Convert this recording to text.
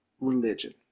religion